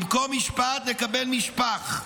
במקום משפט, נקבל משפח.